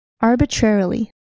Arbitrarily